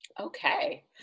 Okay